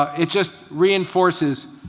it just reinforces